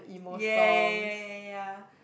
ya ya ya ya ya